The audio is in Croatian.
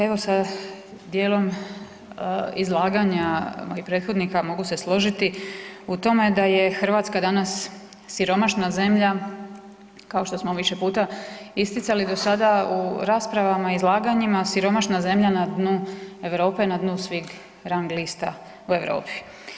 Evo sa dijelom izlaganja mojih prethodnika, mogu se složiti u tome da je Hrvatska danas siromašna zemlja, kao što smo više puta isticali do sada u raspravama i izlaganjima, siromašna zemlja na dnu Europe, na dnu svih rang lista u Europi.